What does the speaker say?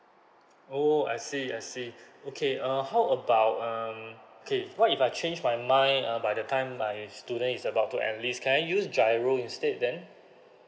oh I see I see okay uh how about um okay what if I change my mind uh by the time my student is about to enlist can I use G_I_R_O instead then